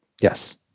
Yes